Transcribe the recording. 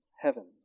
heaven